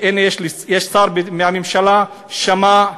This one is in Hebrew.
והנה, יש שר מהממשלה, שמע,